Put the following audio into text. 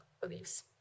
beliefs